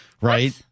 right